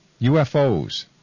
UFOs